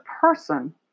person